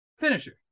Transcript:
finisher